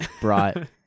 brought